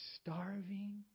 starving